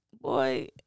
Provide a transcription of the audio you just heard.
boy